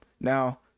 now